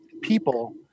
People